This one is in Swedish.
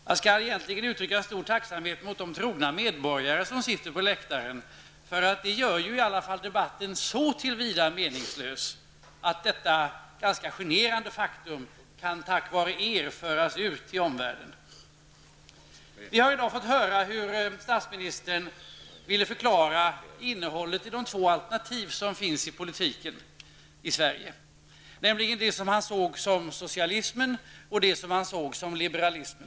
Jag skall egentligen uttrycka en stor tacksamhet mot de trogna medborgare som sitter på läktaren. De gör i alla fall debatten meningsfull så till vida att detta ganska generande faktum, tack vare dem kan föras ut till omvärlden. Vi har i dag fått höra hur statsministern ville förklara innehållet i de två alternativ som finns i politiken i Sverige, nämligen det han såg som socialism och det han såg som liberalism.